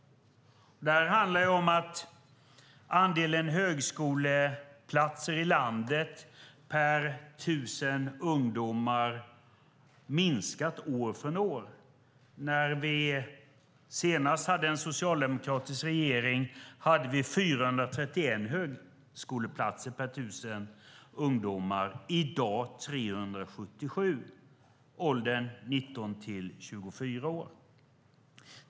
Det handlar om att andelen högskoleplatser per tusen ungdomar i landet har minskat från år till år. När vi senast hade en socialdemokratisk regering hade vi 431 högskoleplatser per tusen ungdomar. I dag är det 377 i åldern 19-24 år.